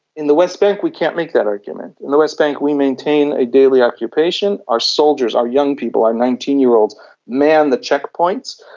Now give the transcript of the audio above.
in the west bank we can't make that argument. in the west bank we maintain a daily occupation, our soldiers, our young people, our nineteen year olds man the checkpoints.